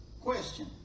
question